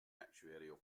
actuarial